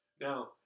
Now